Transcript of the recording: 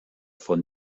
von